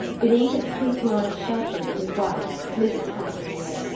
beneath its pink-lined shelter were his wife, mrs. pontellier,